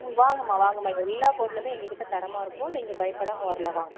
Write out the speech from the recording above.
ம் வாங்கம்மா வாங்கம்மா இங்கே எல்லா பொருளுமே எங்கள் கிட்ட தரமாக இருக்கும் நீங்கள் பயப்படமா வரலாம் வாங்க